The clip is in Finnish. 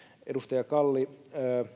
edustaja kalli